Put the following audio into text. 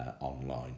online